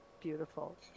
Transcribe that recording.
Beautiful